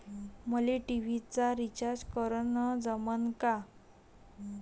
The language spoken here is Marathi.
मले टी.व्ही चा रिचार्ज करन जमन का?